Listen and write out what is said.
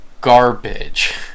garbage